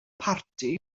parti